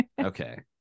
Okay